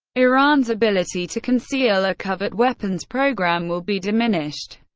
iran's ability to conceal a covert weapons program will be diminished.